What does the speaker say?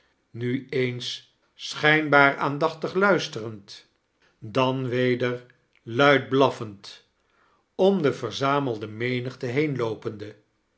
nu eens schijiibaar aandachtig luisterend dan weder luid blaffend om de verzamelde menigte heenloopende